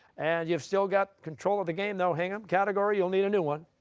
and you've still got control of the game, though, hingham. category, you'll need a new one.